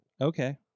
Okay